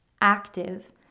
active